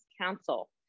Council